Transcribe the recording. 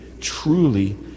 truly